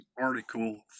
article